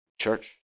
church